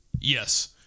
Yes